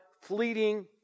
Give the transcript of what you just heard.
fleeting